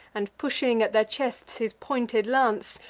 and pushing at their chests his pointed lance,